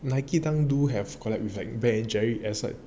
Nike dunk do have collab with Ben and Jerry as well